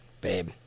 babe